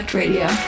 radio